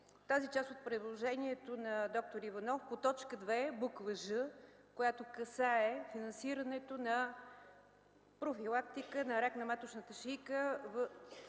тази част от предложението на д-р Иванов по т. 2, буква „ж”, която касае финансирането профилактиката на рак на маточната шийка за